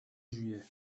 juillet